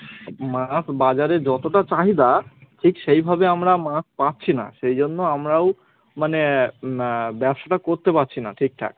মাছ বাজারে যতটা চাহিদা ঠিক সেইভাবে আমরা মাছ পাচ্ছি না সেই জন্য আমরাও মানে না ব্যবসাটা করতে পারছি না ঠিকঠাক